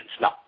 No